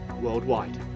worldwide